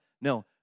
No